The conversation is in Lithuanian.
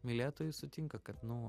mylėtojų sutinka kad nu